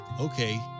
okay